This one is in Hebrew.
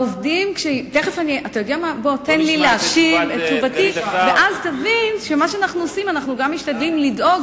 תן לי להשיב את תשובתי ואז תבין שאנחנו גם משתדלים לדאוג